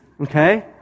Okay